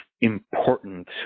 important